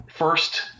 first